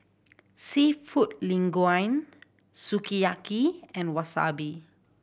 Seafood Linguine Sukiyaki and Wasabi